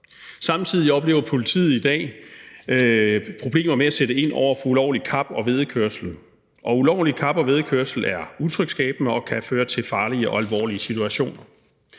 Samtidig oplever politiet i dag problemer med at sætte ind over for ulovlig kap- og væddekørsel. Og ulovlig kap- og væddekørsel er utryghedsskabende og kan føre til farlige og alvorlige situationer.